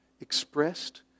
Expressed